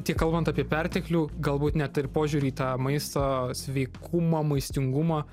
tiek kalbant apie perteklių galbūt net ir požiūrį į tą maisto sveikumą maistingumą